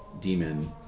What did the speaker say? demon